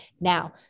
Now